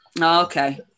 Okay